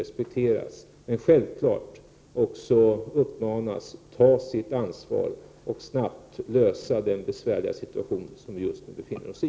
Men parterna måste självfallet också uppmanas ätt ta sitt ansvar och snabbt lösa den besvärliga situation vi just nu befinner oss i.